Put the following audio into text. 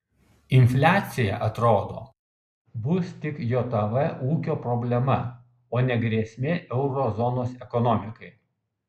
infliacija atrodo bus tik jav ūkio problema o ne grėsmė euro zonos ekonomikai